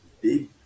big